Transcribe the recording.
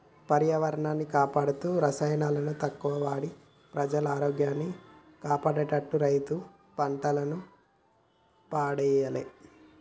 పర్యావరణాన్ని కాపాడుతూ రసాయనాలను తక్కువ వాడి ప్రజల ఆరోగ్యాన్ని కాపాడేట్టు రైతు పంటలను పండియ్యాలే